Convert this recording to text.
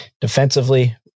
defensively